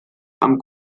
amb